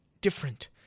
different